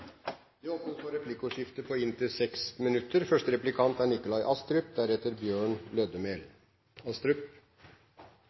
Det åpnes for replikkordskifte på inntil seks